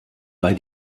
bei